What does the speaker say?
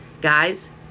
guys